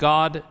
God